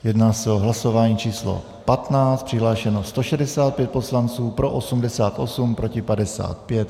Jedná se o hlasování číslo 15, přihlášeno 165 poslanců, pro 88, proti 55.